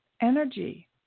energy